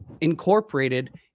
incorporated